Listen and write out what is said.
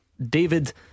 David